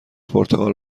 پرتغال